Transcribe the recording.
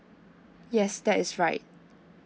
yes that is right